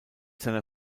seiner